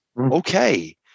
okay